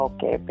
Okay